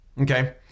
Okay